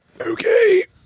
okay